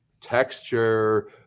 texture